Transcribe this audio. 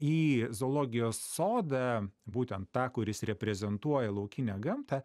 į zoologijos sodą būtent tą kuris reprezentuoja laukinę gamtą